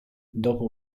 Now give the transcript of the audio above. dopo